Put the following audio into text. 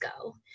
go